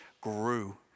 grew